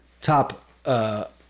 top